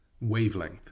wavelength